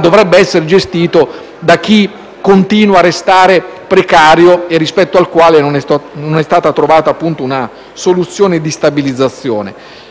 dovrebbe essere gestito da chi continua a restare precario e rispetto al quale non è stata trovata una soluzione di stabilizzazione.